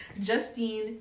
Justine